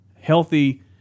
healthy